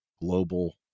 global